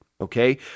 okay